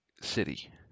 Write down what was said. city